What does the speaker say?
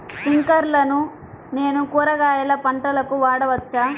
స్ప్రింక్లర్లను నేను కూరగాయల పంటలకు వాడవచ్చా?